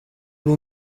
will